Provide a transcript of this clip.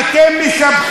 אתה,